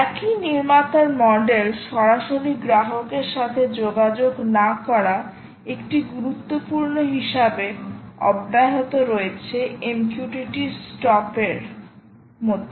একই নির্মাতার মডেল সরাসরি গ্রাহকের সাথে যোগাযোগ না করা একটি গুরুত্বপূর্ণ হিসাবে অব্যাহত রয়েছে MQTT স্টপের মতো